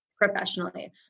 professionally